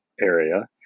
area